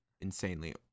insanely